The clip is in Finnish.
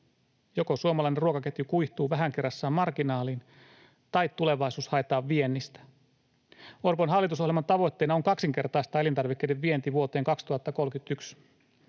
joko suomalainen ruokaketju kuihtuu vähän kerrassaan marginaaliin tai tulevaisuus haetaan viennistä. Orpon hallitusohjelman tavoitteena on kaksinkertaistaa elintarvikkeiden vienti vuoteen 2031.